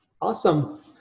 Awesome